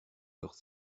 leurs